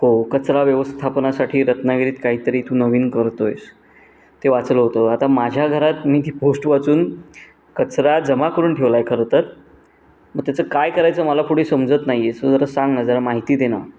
हो कचरा व्यवस्थापनासाठी रत्नागिरीत काही तरी तू नवीन करतो आहेस ते वाचलं होतं आता माझ्या घरात मी ती पोस्ट वाचून कचरा जमा करून ठेवला आहे खरंतर मग त्याचं काय करायचं मला पुढे समजत नाही आहे सो जरा सांग ना जरा माहिती दे ना